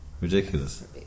ridiculous